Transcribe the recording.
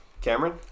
Cameron